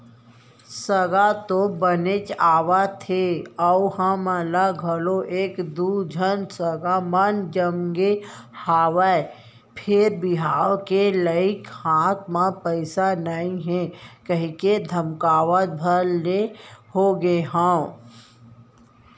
सगा तो बनेच आवथे अउ हमन ल घलौ एक दू झन सगा मन ह जमगे हवय फेर बिहाव के लइक हाथ म पइसा नइ हे कहिके धकमकावत भर ले होगे हंव